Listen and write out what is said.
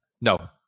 No